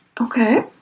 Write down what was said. okay